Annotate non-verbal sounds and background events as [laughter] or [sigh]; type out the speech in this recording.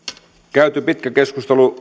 käyty pitkä keskustelu [unintelligible]